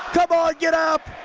come on get up!